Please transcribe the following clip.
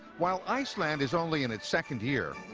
while iceland is only in its second year,